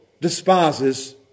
despises